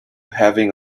having